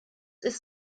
ist